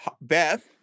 Beth